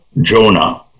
Jonah